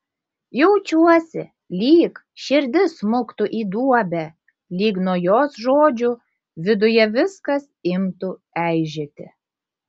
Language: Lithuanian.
jaučiuosi lyg širdis smuktų į duobę lyg nuo jos žodžių viduje viskas imtų eižėti